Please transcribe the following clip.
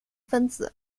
分子